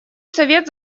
совет